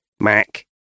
Mac